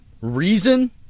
Reason